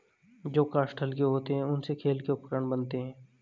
जो काष्ठ हल्के होते हैं, उनसे खेल के उपकरण बनते हैं